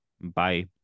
bye